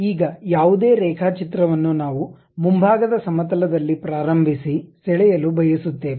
ಈಗ ಯಾವುದೇ ರೇಖಾಚಿತ್ರವನ್ನು ನಾವು ಮುಂಭಾಗದ ಸಮತಲ ದಲ್ಲಿ ಪ್ರಾರಂಭಿಸಿ ಸೆಳೆಯಲು ಬಯಸುತ್ತೇವೆ